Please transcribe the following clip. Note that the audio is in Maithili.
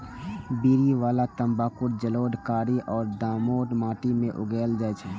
बीड़ी बला तंबाकू जलोढ़, कारी आ दोमट माटि मे उगायल जाइ छै